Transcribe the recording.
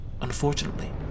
Unfortunately